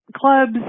clubs